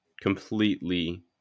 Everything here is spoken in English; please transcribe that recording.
completely